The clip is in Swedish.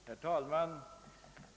Herr talman!